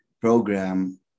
program